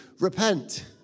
Repent